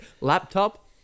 laptop